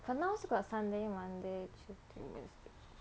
but now still got sunday monday tuesday wednesday